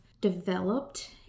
developed